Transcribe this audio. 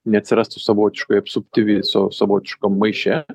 neatsirastų savotiškoj apsupty viso savotiškam maiše